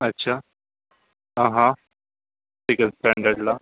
अच्छा हा हा सेकंड स्टँडर्डला